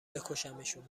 بکشمشون